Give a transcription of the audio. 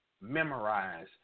memorize